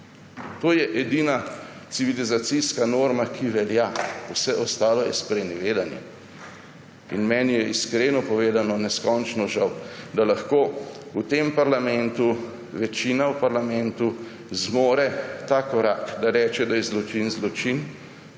To je edina civilizacijska norma, ki velja, vse ostalo je sprenevedanje. Meni je, iskreno povedano, neskončno žal, da lahko v tem parlamentu večina v parlamentu zmore ta korak, da reče, da je zločin zločin,